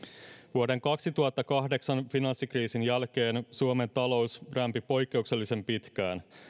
vuoden kaksituhattakahdeksan finanssikriisin jälkeen suomen talous rämpi poikkeuksellisen pitkään